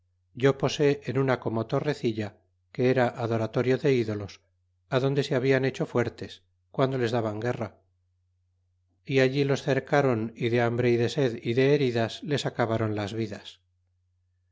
yo posé en una como torrecilla que era adoratorio de ídolos adonde se hablan hecho fuertes guando les daban guerra y allí los cercáron y de hambre y de sed y de heridas les acabáron las vidas